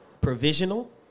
provisional